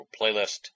playlist